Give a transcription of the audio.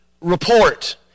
report